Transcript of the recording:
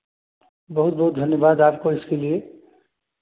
बहुत बहुत धन्यवाद आपको इसके लिए